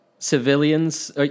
civilians